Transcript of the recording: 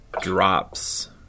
drops